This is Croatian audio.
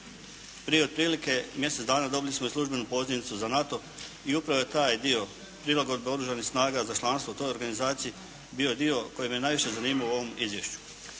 Prije otprilike mjesec dana dobili smo i službenu pozivnicu za NATO i upravo taj dio prilagodbe Oružanih snaga za članstvo toj organizaciji bio je dio koji me najviše zanimao u ovom izvješću.